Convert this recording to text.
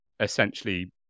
essentially